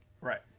Right